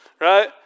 Right